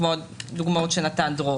כמו דוגמאות שנתן דרור.